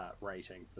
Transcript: Rating